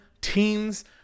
teens